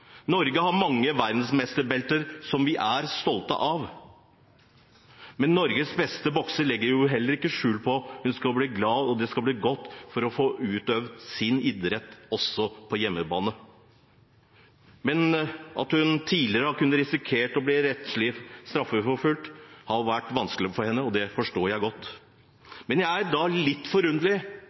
Norge har mange verdensmesterbelter som vi er stolte av. Og Norges beste bokser, Cecilia Brækhus, legger heller ikke skjul på at hun vil bli glad over og at det skal bli godt å kunne utøve sin idrett også på hjemmebane. Men det at hun tidligere hadde risikert å bli rettslig straffeforfulgt, har vært vanskelig for henne, og det forstår jeg godt. Men det forundrer meg da